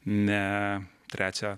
ne trečią